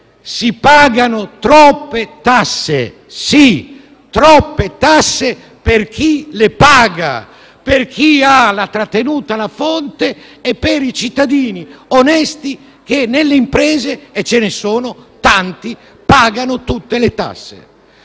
si pagano troppe tasse! Sì, troppe tasse per chi le paga, per chi ha la trattenuta alla fonte e per i cittadini onesti che nelle imprese - e ce ne sono tanti - pagano tutte le tasse.